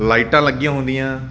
ਲਾਈਟਾਂ ਲੱਗੀਆਂ ਹੁੰਦੀਆਂ